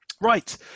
Right